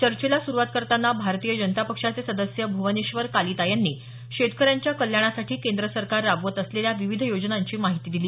चर्चेला सुरुवात करताना भारतीय जनता पक्षाचे सदस्य भुवनेश्वर कालिता यांनी शेतकऱ्यांच्या कल्याणासाठी केंद्र सरकार राबवत असलेल्या विविध योजनांची माहिती दिली